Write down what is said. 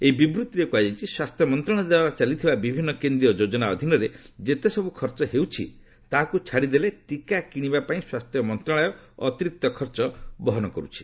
ଏହି ବିବୃତ୍ତିରେ କୁହାଯାଇଛି ସ୍ୱାସ୍ଥ୍ୟ ମନ୍ତ୍ରଣାଳୟଦ୍ୱାରା ଚାଲିଥିବା ବିଭିନ୍ନ କେନ୍ଦ୍ରୀୟ ଯୋଜନା ଅଧୀନରେ ଯେତସବୁ ଖର୍ଚ୍ଚ ହେଉଛି ତାହାକୁ ଛାଡ଼ିଦେଲେ ଟିକା କିଣିବାପାଇଁ ସ୍ୱାସ୍ଥ୍ୟ ମନ୍ତ୍ରଣାଳୟ ଅତିରିକ୍ତ ଖର୍ଚ୍ଚ କରୁଛି